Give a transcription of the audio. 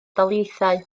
daleithiau